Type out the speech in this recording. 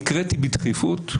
נקראתי בדחיפות.